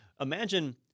imagine